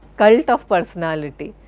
cult of personality,